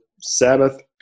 sabbath